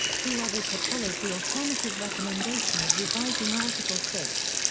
two others have followed the alternative recommendation of revising article six.